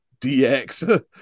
DX